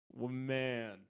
man